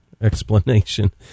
explanation